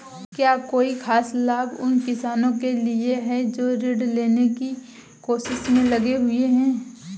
क्या कोई खास लाभ उन किसानों के लिए हैं जो ऋृण लेने की कोशिश में लगे हुए हैं?